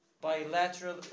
Bilateral